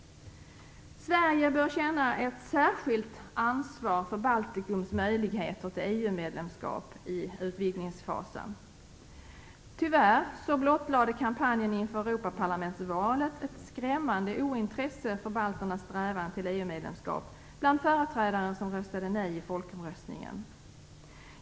Sverige bör känna ett särskilt ansvar för Baltikums möjligheter till EU-medlemskap i utvidgningsfasen. Tyvärr blottlade kampanjen inför Europaparlamentsvalet ett skrämmande ointresse för balternas strävan till EU-medlemskap bland företrädare som röstade nej i folkomröstningen.